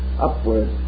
upward